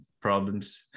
problems